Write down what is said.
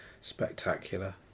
spectacular